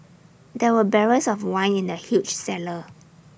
there were barrels of wine in the huge cellar